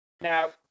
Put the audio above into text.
now